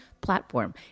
platform